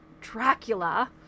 Dracula